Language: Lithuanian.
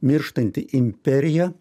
mirštanti imperija